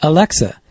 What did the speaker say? Alexa